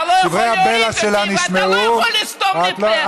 אתה לא יכול להוריד אותי,